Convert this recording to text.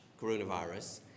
coronavirus